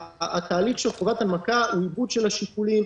התהליך של חובת ההנמקה הוא עיבוד של השיקולים.